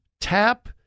tap